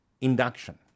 induction